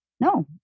No